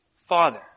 Father